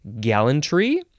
gallantry